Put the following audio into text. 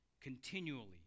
Continually